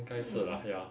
应该是 lah ya